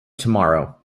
tomorrow